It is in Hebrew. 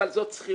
אבל זאת שכירות,